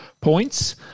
points